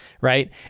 Right